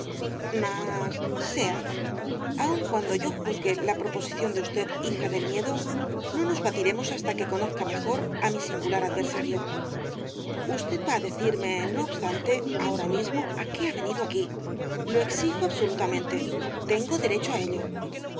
mas sea aun cuando yo juzgue la proposición de usted hija del miedo no nos batiremos hasta que conozca mejor á mi singular adversario usted va á decirme no obstante ahora mismo á qué ha venido aquí lo exijo absolutamente tengo derecho á ello